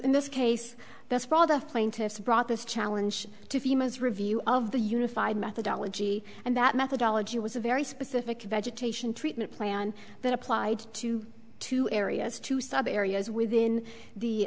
in this case that's for all the plaintiffs brought this challenge to themas review of the unified methodology and that methodology was a very specific vegetation treatment plan that applied to two areas two sub areas within the